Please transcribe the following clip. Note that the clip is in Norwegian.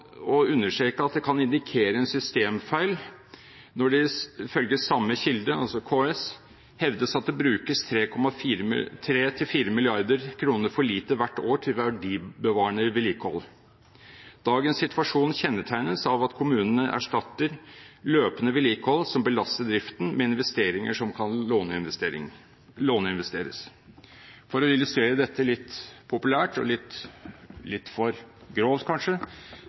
og understreker – at det kan indikere en systemfeil når det ifølge samme kilde, altså KS, hevdes at det brukes 3–4 mrd. kr for lite hvert år til verdibevarende vedlikehold. Dagens situasjon kjennetegnes av at kommunene erstatter løpende vedlikehold, som belaster driften, med investeringer som kan lånefinansieres. For å illustrere dette litt populært og litt for grovt, kanskje: